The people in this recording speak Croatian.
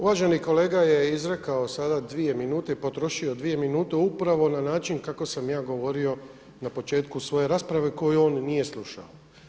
Uvaženi kolega je izrekao sada dvije minute i potrošio dvije minute upravo na način kako sam ja govorio na početku svoje rasprave koju on nije slušao.